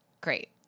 great